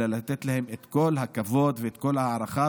אלא לתת להם את כל הכבוד ואת כל ההערכה,